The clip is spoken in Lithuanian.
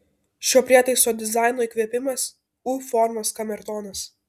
šio prietaiso dizaino įkvėpimas u formos kamertonas